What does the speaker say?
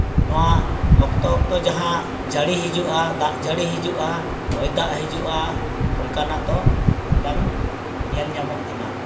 ᱱᱚᱣᱟ ᱚᱠᱛᱚ ᱚᱠᱛᱚ ᱡᱟᱦᱟᱸ ᱡᱟᱹᱲᱤ ᱦᱤᱡᱩᱜᱼᱟ ᱫᱟᱜ ᱡᱟᱹᱲᱤ ᱦᱤᱡᱩᱜᱼᱟ ᱦᱚᱭ ᱫᱟᱜ ᱦᱤᱡᱩᱜᱼᱟ ᱚᱱᱠᱟᱱᱟᱜ ᱫᱚ ᱵᱟᱝ ᱧᱮᱞ ᱧᱟᱢᱚᱜ ᱠᱟᱱᱟ